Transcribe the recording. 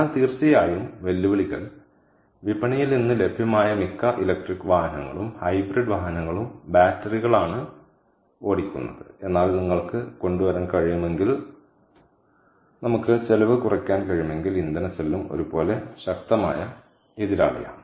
എന്നാൽ തീർച്ചയായും വെല്ലുവിളികൾ അതിനാൽ വിപണിയിൽ ഇന്ന് ലഭ്യമായ മിക്ക ഇലക്ട്രിക് വാഹനങ്ങളും ഹൈബ്രിഡ് വാഹനങ്ങളും ബാറ്ററികളാണ് ഓടിക്കുന്നത് എന്നാൽ നിങ്ങൾക്ക് കൊണ്ടുവരാൻ കഴിയുമെങ്കിൽ നമ്മൾക്ക് ചെലവ് കുറയ്ക്കാൻ കഴിയുമെങ്കിൽ ഇന്ധന സെല്ലും ഒരുപോലെ ശക്തമായ എതിരാളിയാണ്